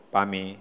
Pami